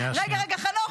חנוך, חנוך.